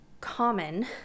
common